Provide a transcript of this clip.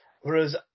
Whereas